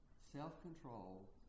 self-control